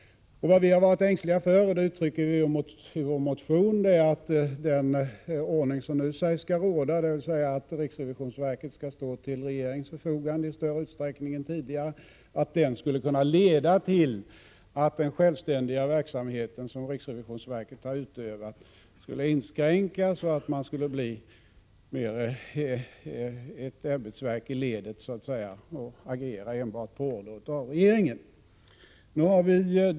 Vad vi har varit ängsliga för — och det uttrycker vi i vår motion — är att den ordning som nu sägs skall råda, dvs. att riksrevisionsverket skall stå till regeringens förfogande i större utsträckning än tidigare, skulle kunna leda till att den självständiga verksamhet som riksrevisionsverket har utövat skulle inskränkas och att verket skulle bli mera av ett ämbetsverk i ledet så att säga och agera enbart på order av regeringen.